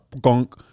gunk